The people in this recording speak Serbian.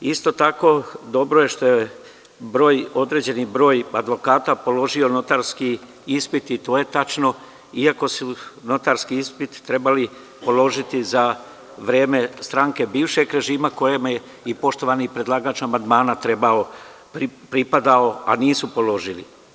Isto tako, dobro je što je određeni broj advokata položio notarski ispit, i to je tačno, iako su notarski ispit trebali položiti za vreme stranke bivšeg režima, kojoj je i poštovani predlagač amandmana pripadao, a nisu položili.